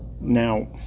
Now